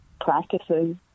practices